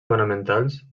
fonamentals